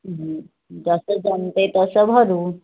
जसं जमते तसं भरू